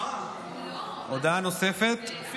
הודעה נוספת,